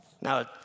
Now